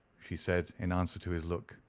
she said, in answer to his look.